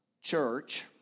Church